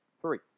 three